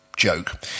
joke